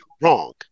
wrong